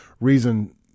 reason